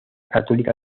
católica